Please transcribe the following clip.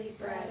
bread